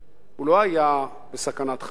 הוא לא היה בסכנת חיים,